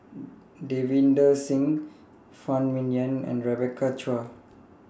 Davinder Singh Phan Ming Yen and Rebecca Chua